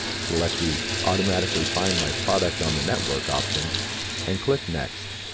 select the automatically find my product on the network option and click next.